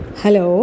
Hello